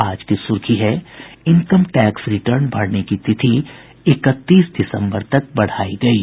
आज की सुर्खी है इनकम टैक्स रिटर्न भरने की तिथि इकतीस दिसम्बर तक बढ़ायी गयी